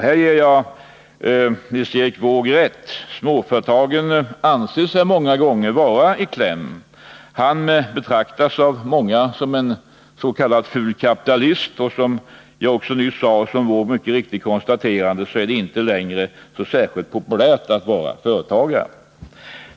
Här ger jag Nils Erik Wååg rätt: Småföretagaren anser sig många gånger vara i kläm. Han betraktas av många som en ”ful kapitalist”, och det är inte längre särskilt populärt att vara företagare.